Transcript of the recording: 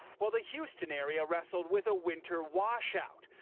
while the houston area wrestled with a winter wash out.